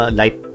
light